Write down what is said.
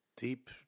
Deep